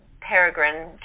Peregrine